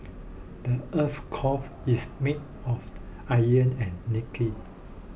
the earth's core is made of iron and nickel